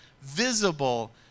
visible